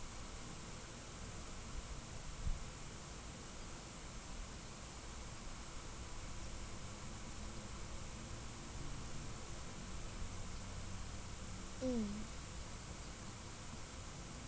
mm